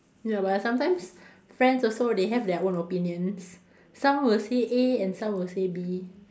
ya but sometimes friends also they have their own opinions some will say A and some will say B